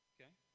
Okay